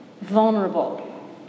vulnerable